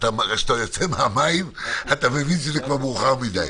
כשאתה יוצא מהמים אתה מבין שזה כבר מאוחד מדיי.